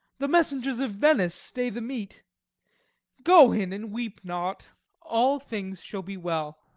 the messengers of venice stay the meat go in, and weep not all things shall be well.